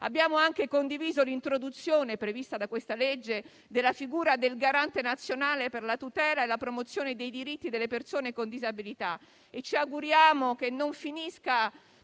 Abbiamo anche condiviso l'introduzione, prevista da questa legge, della figura del Garante nazionale per la tutela e la promozione dei diritti delle persone con disabilità e ci auguriamo che non si finisca